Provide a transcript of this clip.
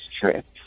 trip